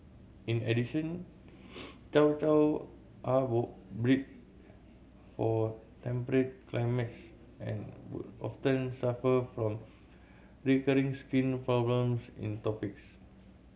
in addition Chow Chow are all bred for temperate climates and would often suffer from recurring skin problems in tropics